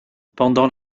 pendant